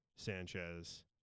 Sanchez